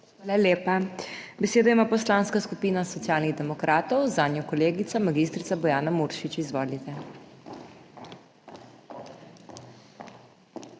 Hvala lepa. Besedo ima Poslanska skupina Socialnih demokratov, zanjo kolegica mag. Bojana Muršič. Izvolite.